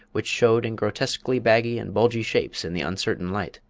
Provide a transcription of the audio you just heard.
which showed in grotesquely baggy and bulgy shapes in the uncertain light.